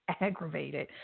aggravated